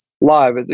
live